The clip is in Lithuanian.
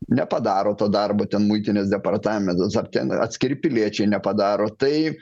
nepadaro to darbo ten muitinės departamentas ar ten atskiri piliečiai nepadaro tai